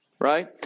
Right